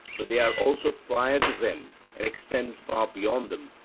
but they are also prior to them and extend far beyond them,